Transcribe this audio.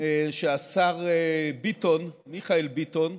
שהשר ביטון, מיכאל ביטון,